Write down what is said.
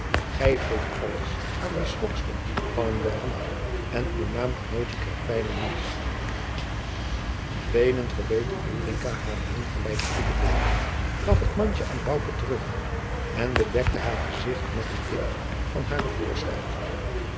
gij geeft alles aan die schrokster van een joanna en uw naamgenootje krijgt bijna niets weenend verbeterde ulrica hare ongelijke toebedeeling gaf het mandje aan bouke terug en bedekte haar gezicht met eene tip van haren voorschoot